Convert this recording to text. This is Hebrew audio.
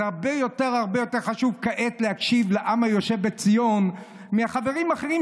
זה הרבה יותר חשוב כעת להקשיב לעם היושב בציון מלחברים האחרים,